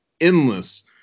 endless